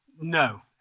no